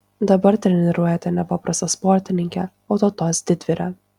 dabar treniruojate ne paprastą sportininkę o tautos didvyrę